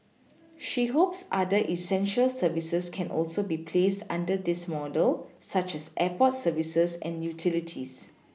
she hopes other essential services can also be placed under this model such as airport services and utilities